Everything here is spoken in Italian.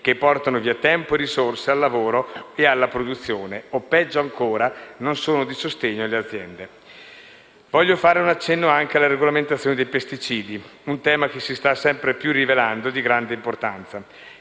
che portano via tempo e risorse al lavoro e alla produzione o, peggio ancora, non sono di sostegno alle aziende. Voglio fare anche un accenno alla regolamentazione dei pesticidi, un tema che si sta sempre più rivelando di grande importanza.